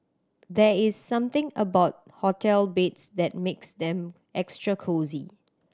there is something about hotel beds that makes them extra cosy